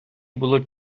було